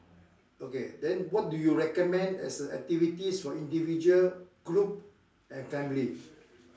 okay then what do you recommend as a activities for individual group and family